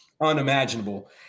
unimaginable